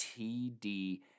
TD